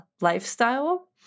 lifestyle